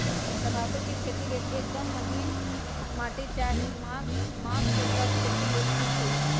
तमाकुल के खेती लेल एकदम महिन माटी चाहि माघ मास एकर खेती लेल ठीक होई छइ